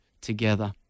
together